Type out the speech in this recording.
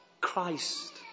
Christ